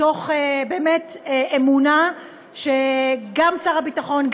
באמת מתוך אמונה שגם שר הביטחון,